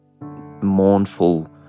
mournful